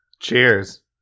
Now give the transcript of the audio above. Cheers